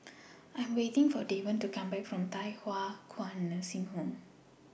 I Am waiting For Davon to Come Back from Thye Hua Kwan Nursing Home